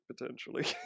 potentially